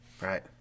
Right